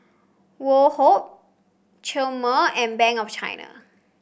Woh Hup Chomel and Bank of China